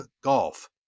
Golf